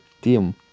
team